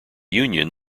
union